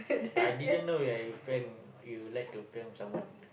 I didn't know ya you prank you like to prank someone